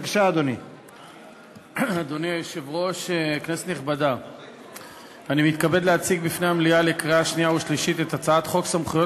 דוד צור להציג לנו את הצעת חוק סמכויות